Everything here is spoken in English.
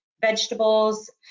vegetables